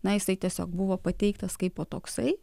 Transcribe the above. na jisai tiesiog buvo pateiktas kaip va toksai